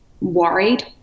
worried